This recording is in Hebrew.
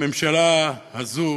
הממשלה הזאת